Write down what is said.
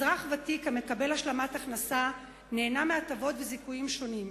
אזרח ותיק המקבל השלמת הכנסה נהנה מהטבות וזיכויים שונים.